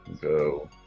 go